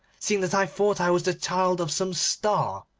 seeing that i thought i was the child of some star,